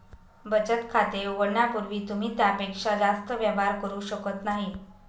बचत खाते उघडण्यापूर्वी तुम्ही त्यापेक्षा जास्त व्यवहार करू शकत नाही